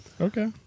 Okay